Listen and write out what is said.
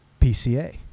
PCA